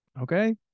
Okay